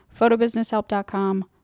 photobusinesshelp.com